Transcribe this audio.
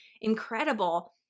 incredible